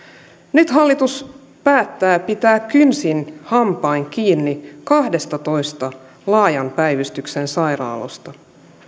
nyt hallitus päättää pitää kynsin hampain kiinni kahdestatoista laajan päivystyksen sairaalasta